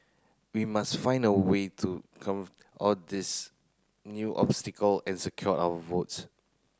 we must find a way to all these new obstacle and secure our votes